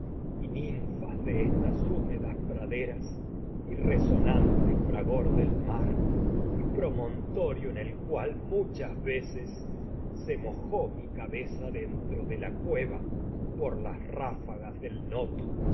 y ninfas de estas praderas y resonante fragor del se mar y promontorio en el cual muchas veces la cueva por mojó mi noto y cabeza dentro de las ráfagas del monte